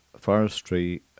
forestry